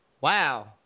Wow